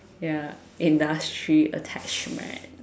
ya industry attachment